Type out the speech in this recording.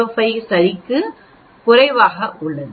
05 சரிக்குக் குறைவாக பெறுவீர்கள்